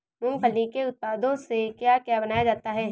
मूंगफली के उत्पादों से क्या क्या बनाया जाता है?